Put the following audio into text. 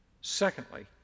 Secondly